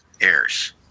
Heirs